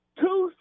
two